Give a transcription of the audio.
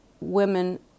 women